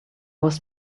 was